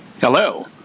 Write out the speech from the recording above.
Hello